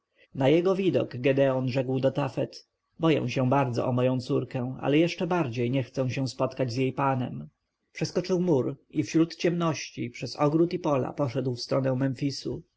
na jego widok gedeon rzekł do tafet boję się bardzo o moją córkę ale jeszcze bardziej nie chcę spotykać się z jej panem przeskoczył mur i wśród ciemności przez ogród i pola poszedł w stronę memfisu na